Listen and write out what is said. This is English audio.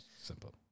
simple